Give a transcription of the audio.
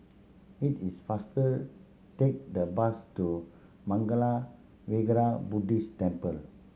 it is faster take the bus to Mangala Vihara Buddhist Temple